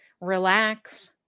relax